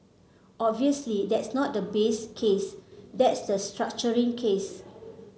obviously that's not the base case that's the structuring case